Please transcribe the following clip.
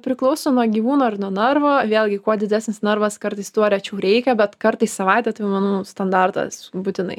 priklauso nuo gyvūno ir nuo narvo vėlgi kuo didesnis narvas kartais tuo rečiau reikia bet kartą į savaitę tai jau manau standartas būtinai